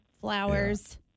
Flowers